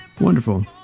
Wonderful